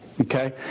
okay